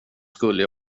skulle